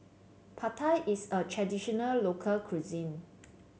Pad Thai is a traditional local cuisine